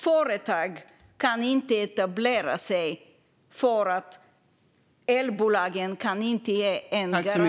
Företag kan inte ens etablera sig eftersom elbolagen inte kan ge någon garanti.